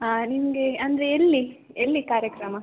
ನಿಮಗೆ ಅಂದರೆ ಎಲ್ಲಿ ಎಲ್ಲಿ ಕಾರ್ಯಕ್ರಮ